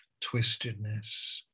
twistedness